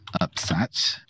upset